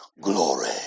glory